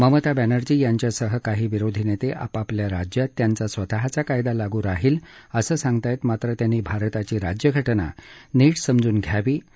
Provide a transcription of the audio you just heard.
ममता बॅनर्जी यांच्यासह काही विरोधी नेते आपापल्या राज्यात त्यांचा स्वतःचा कायदा लागू राहील असं सांगता आहेत मात्र त्यांनी भारताची राज्यघटना नीट समजून घ्यावी असं ते म्हणाले